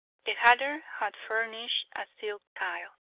the hatter had furnished a silk tile,